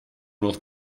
noch